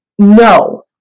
No